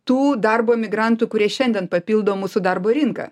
tų darbo migrantų kurie šiandien papildo mūsų darbo rinką